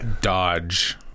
Dodge